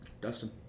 Dustin